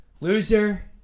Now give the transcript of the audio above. Loser